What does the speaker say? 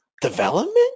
development